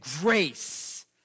grace